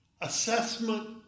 assessment